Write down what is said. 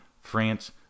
France